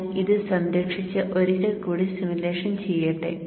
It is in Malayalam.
ഞാൻ ഇത് സംരക്ഷിച്ച് ഒരിക്കൽക്കൂടി സിമുലേഷൻ ചെയ്യട്ടെ